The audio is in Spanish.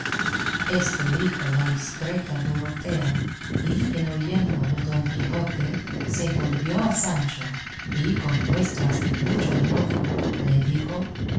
esto dijo la discreta dorotea y en oyéndolo don quijote se volvió a sancho y con muestras de mucho enojo le dijo